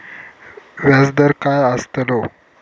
व्याज दर काय आस्तलो?